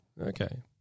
Okay